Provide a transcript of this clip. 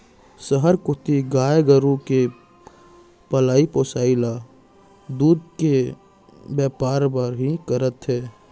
सहर कोती गाय गरू के पलई पोसई ल दूद के बैपार बर ही करथे